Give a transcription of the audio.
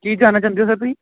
ਕੀ ਜਾਣਨਾ ਚਾਹੁੰਦੇ ਹੋ ਸਰ ਤੁਸੀਂ